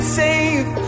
safe